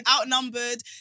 outnumbered